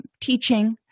teaching